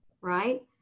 right